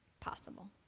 possible